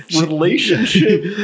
relationship